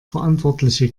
verantwortliche